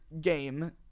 game